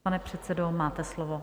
Pane předsedo, máte slovo.